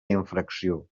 infracció